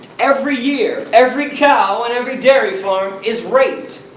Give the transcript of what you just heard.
every year, every cow on every dairy farm is raped!